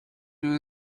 you